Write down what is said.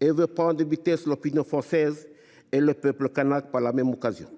et veut prendre de vitesse l’opinion française et le peuple kanak par la même occasion.